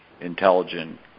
intelligent